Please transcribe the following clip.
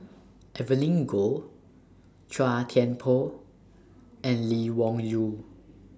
Evelyn Goh Chua Thian Poh and Lee Wung Yew